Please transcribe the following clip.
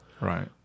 Right